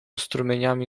strumieniami